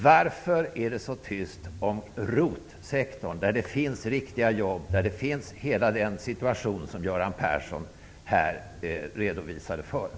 Varför är det så tyst om ROT-sektorn, där det finns riktiga jobb och där hela den situation som Göran Persson här redovisade finns?